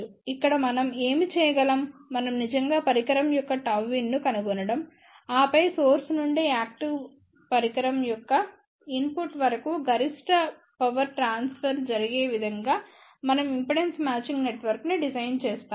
ఇక్కడ మనం ఏమి చేయగలం మనం నిజంగా పరికరం యొక్క Γin ను కనుగొనగలం ఆపై సోర్స్ నుండి యాక్టీవ్ పరికరం యొక్క ఇన్పుట్ వరకు గరిష్ట పవర్ ట్రాన్స్ఫర్ జరిగే విధంగా మనం ఇంపిడెన్స్ మ్యాచింగ్ నెట్వర్క్ను డిజైన్ చేస్తాము